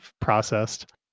processed